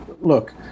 look